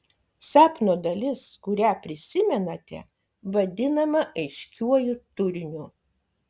sapno dalis kurią prisimenate vadinama aiškiuoju turiniu